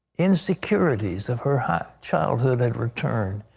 insecurities of her her childhood had returned.